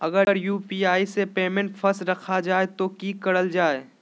अगर यू.पी.आई से पेमेंट फस रखा जाए तो की करल जाए?